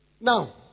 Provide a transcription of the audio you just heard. Now